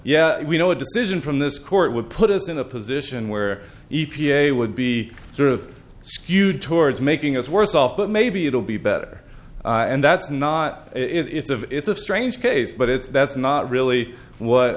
yeah we know a decision from this court would put us in a position where e p a would be sort of skewed towards making us worse off but maybe it'll be better and that's not it's of it's a strange case but it's that's not really what